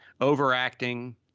overacting